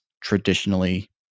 traditionally